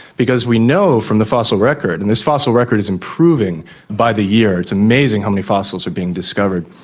because we know from the fossil record, and this fossil record is improving by the year, it's amazing how many fossils are being discovered,